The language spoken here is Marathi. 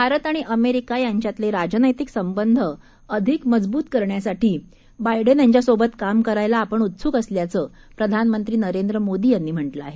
भारतआणिअमेरिकायांच्यातलेराजनैतिकसंबंधअधिकमजबूतकरण्यासाठीबायडेनयांच्या सोबतकामकरायलाआपणउत्सुकअसल्याचंप्रधानमंत्रीनरेंद्रमोदीयांनीम्हाञेंआहे